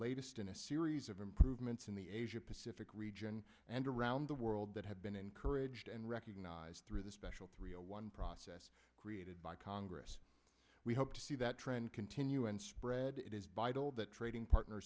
latest in a series of improvements in the asia pacific region and around the world that have been encouraged and recognised through the special three zero one process created by congress we hope to see that trend continue and spread it is vital that trading partner